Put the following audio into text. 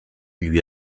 lui